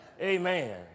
Amen